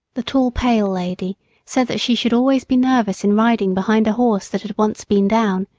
the tall, pale lady said that she should always be nervous in riding behind a horse that had once been down,